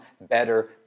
better